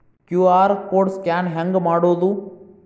QR code scan ಹೆಂಗ್ ಮಾಡೋದು?